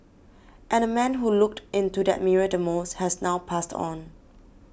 and the man who looked into that mirror the most has now passed on